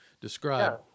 describe